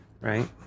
right